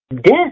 Death